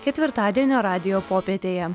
ketvirtadienio radijo popietėje